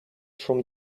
from